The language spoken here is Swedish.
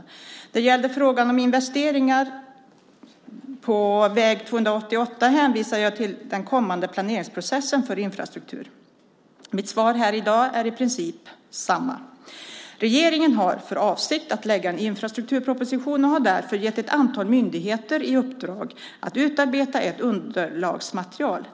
När det gällde frågan om investeringar på väg 288 hänvisade jag till den kommande planeringsprocessen för infrastruktur. Mitt svar här i dag blir i princip detsamma. Regeringen har för avsikt att lägga en infrastrukturproposition och har därför gett ett antal myndigheter i uppdrag att utarbeta ett underlagsmaterial.